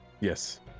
Yes